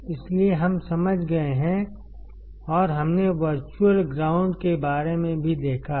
इसलिए हम समझ गए हैं और हमने वर्चुअल ग्राउंड के बारे में भी देखा है